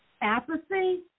apathy